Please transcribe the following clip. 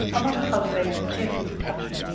i must cultivate a cheerful detachment